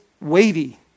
weighty